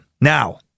now